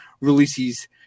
releases